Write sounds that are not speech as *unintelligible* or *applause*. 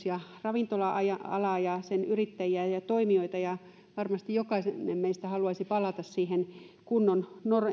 *unintelligible* ja ravintola alaa ja sen yrittäjiä ja ja toimijoita ja varmasti jokainen meistä haluaisi palata siihen kunnon